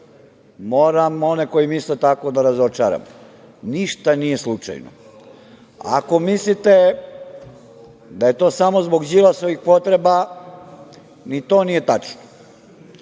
moram one koji misle tako da razočaram - ništa nije slučajno. Ako mislite da je to samo zbog Đilasovih potreba, ni to nije tačno. Dakle,